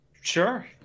Sure